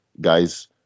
guys